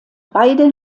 beide